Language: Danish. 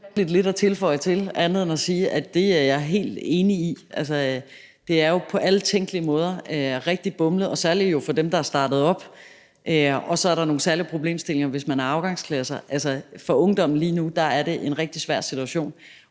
det er jeg helt enig i. Det er jo på alle tænkelige måder rigtig bumlet og særlig for dem, der er startet op, og så er der nogle særlige problemstillinger, hvis man er afgangsklasse. For ungdommen lige nu er det en rigtig svær situation.